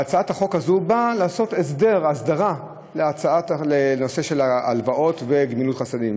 הצעת החוק הזאת באה לעשות הסדרה של נושא של הלוואות וגמילות חסדים.